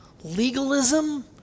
Legalism